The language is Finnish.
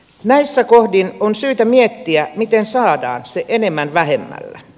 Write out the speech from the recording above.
näissä kohdin on syytä miettiä miten saadaan se enemmän vähemmällä